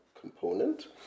component